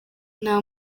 nta